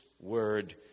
word